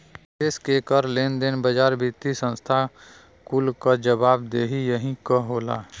देस के कर, लेन देन, बाजार, वित्तिय संस्था कुल क जवाबदेही यही क होला